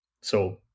So-